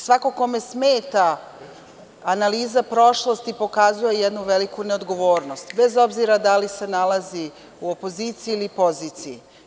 Svako kome smeta analiza prošlosti pokazuje jednu veliku neodgovornost, bez obzira da li se nalazi u opoziciji ili poziciji.